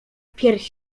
pierś